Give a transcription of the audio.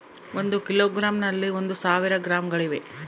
ಒಂದು ಕಿಲೋಗ್ರಾಂ ನಲ್ಲಿ ಒಂದು ಸಾವಿರ ಗ್ರಾಂಗಳಿವೆ